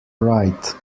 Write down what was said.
right